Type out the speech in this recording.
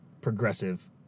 progressive